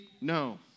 No